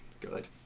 good